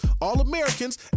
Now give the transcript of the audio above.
All-Americans